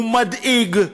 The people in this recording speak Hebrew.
הוא מדאיג.